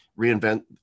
reinvent